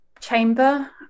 chamber